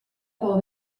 pel